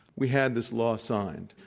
we had this law signed,